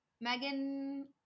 Megan